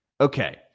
Okay